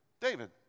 David